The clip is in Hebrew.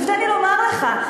תן לי לומר לך,